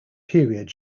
period